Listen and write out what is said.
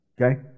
Okay